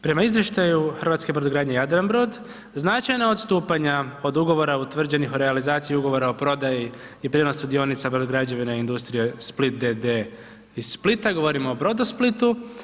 Prema izvještaju hrvatske brodogradnje Jadranbrod značajna odstupanja od ugovora utvrđenih o realizaciji ugovora o prodaji i prijenosu dionica Brodograđevine i industrije Split d.d. iz Splita, govorimo o Brodosplitu.